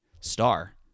star